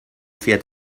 fährt